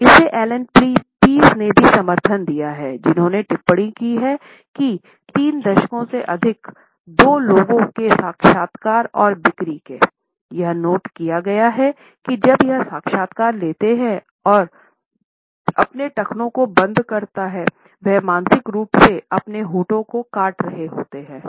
इसे Allan Pease ने भी समर्थन दीया है जिन्होंने टिप्पणी की है कि तीन दशक से अधिक दो लोगों के साक्षात्कार और बिक्री के यह नोट किया गया है कि जब यह साक्षात्कार लेते हैं अपने टखने को बंद करता है वह मानसिक रूप से अपने होंठ को काट रहे होते है